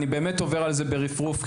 אני באמת עובר על זה ברפרוף,